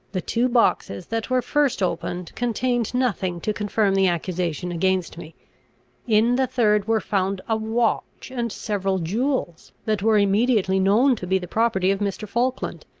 the two boxes that were first opened, contained nothing to confirm the accusation against me in the third were found a watch and several jewels, that were immediately known to be the property of mr. falkland.